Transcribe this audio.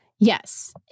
Yes